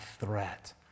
threat